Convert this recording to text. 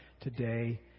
today